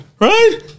right